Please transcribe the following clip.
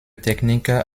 techniques